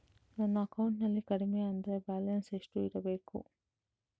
ನನ್ನ ಅಕೌಂಟಿನಲ್ಲಿ ಕಡಿಮೆ ಅಂದ್ರೆ ಬ್ಯಾಲೆನ್ಸ್ ಎಷ್ಟು ಇಡಬೇಕು?